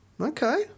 Okay